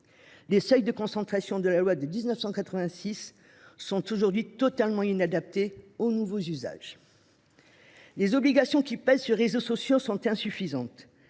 les seuils de concentration de la loi de 1986 sont totalement inadaptés aux nouveaux usages. Les obligations qui pèsent sur les réseaux sociaux sont insuffisantes.